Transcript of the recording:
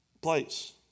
place